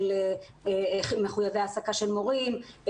של מחויבויות ההעסקה של מורים,